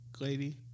lady